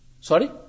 Sorry